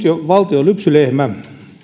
jo nyt valtion lypsylehmä